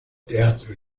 teatro